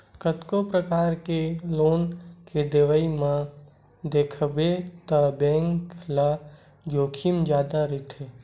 कतको परकार के लोन के देवई म देखबे त बेंक ल जोखिम जादा रहिथे